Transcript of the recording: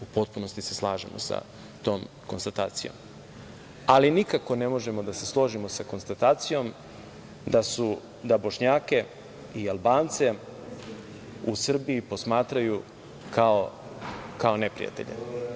U potpunosti se slažemo sa tom konstatacijom, ali nikako ne možemo da se složimo sa konstatacijom da Bošnjake i Albance u Srbiji posmatraju kao neprijatelje.